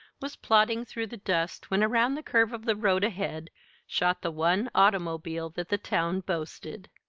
was plodding through the dust when around the curve of the road ahead shot the one automobile that the town boasted.